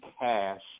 cash